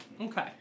Okay